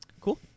Cool